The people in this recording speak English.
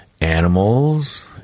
animals